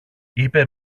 είπε